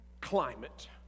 climate